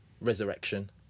Resurrection